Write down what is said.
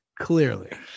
Clearly